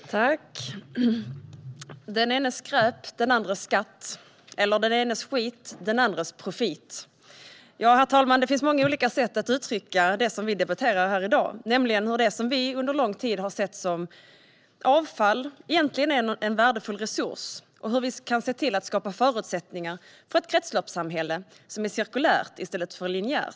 Herr talman! "Den enes skräp, den andres skatt" eller "den enes skit, den andres profit". Ja, herr talman, det finns många olika sätt att uttrycka det vi debatterar här i dag, nämligen hur det som vi under lång tid har sett som avfall egentligen är en värdefull resurs och hur vi kan se till att skapa förutsättningar för ett kretsloppssamhälle som är cirkulärt i stället för linjärt.